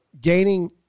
gaining